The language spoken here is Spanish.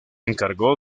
encargó